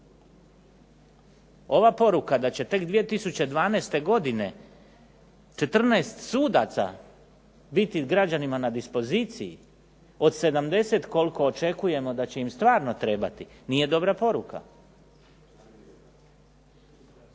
Ova poruka da će tek 2012. godine 14 sudaca biti građanima na dispoziciji, od 70 koliko očekujemo da će im stvarno trebati nije dobra poruka.